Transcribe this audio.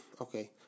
Okay